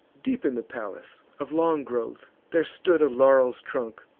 deep in the palace, of long growth, there stood a laurel's trunk,